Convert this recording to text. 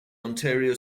ontario